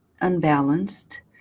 unbalanced